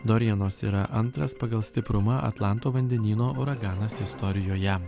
dorianas yra antras pagal stiprumą atlanto vandenyno uraganas istorijoje